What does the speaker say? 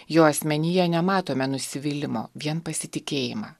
jo asmenyje nematome nusivylimo vien pasitikėjimą